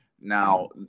Now